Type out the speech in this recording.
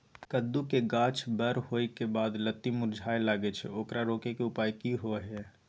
कद्दू के गाछ बर होय के बाद लत्ती मुरझाय लागे छै ओकरा रोके के उपाय कि होय है?